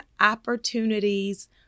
opportunities